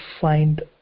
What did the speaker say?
find